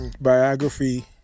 biography